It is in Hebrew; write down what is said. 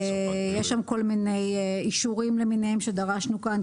יש שם כל מיני אישורים למיניהם שדרשנו כאן.